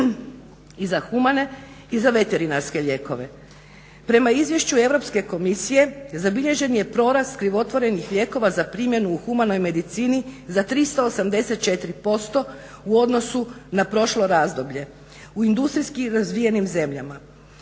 i za humane i za veterinarske lijekove. Prema Izvješću Europske komisije zabilježen je porast krivotvorenih lijekova za primjenu u humanoj medicini za 384% u odnosu na prošlo razdoblje u industrijski razvijenim zemljama.